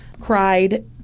cried